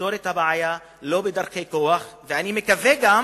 ותפתור את הבעיה לא בדרכי כוח, ואני מקווה גם